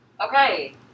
Okay